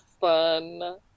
fun